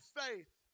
faith